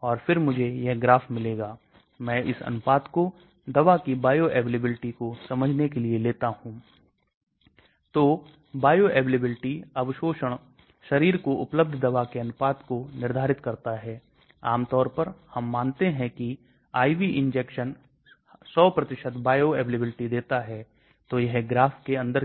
तो संरचनात्मक गुण क्या है hydrogen bonding lipophilicity molecular weight pKa acid विघटन नियतांक ध्रुवीय सतह क्षेत्र आकृति प्रतिक्रियाशीलता यह सभी संरचनात्मक गुण